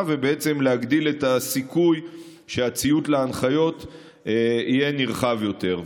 ובעצם להגדיל כך את הסיכוי שהציות להנחיות יהיה נרחב יותר.